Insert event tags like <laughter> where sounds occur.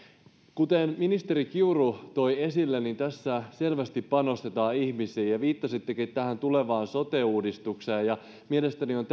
kuten ministeri kiuru toi esille tässä selvästi panostetaan ihmisiin viittasitte tähän tulevaan sote uudistukseen mielestäni on <unintelligible>